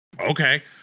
okay